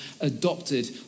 adopted